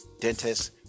dentists